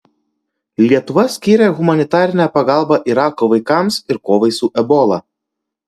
lietuva skyrė humanitarinę pagalbą irako vaikams ir kovai su ebola